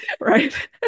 right